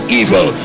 evil